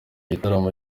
gitaramo